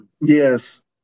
Yes